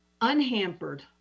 unhampered